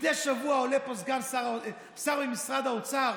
מדי שבוע עולה פה שר במשרד האוצר,